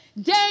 Day